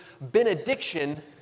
benediction